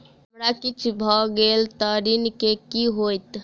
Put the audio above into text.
हमरा किछ भऽ गेल तऽ ऋण केँ की होइत?